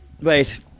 wait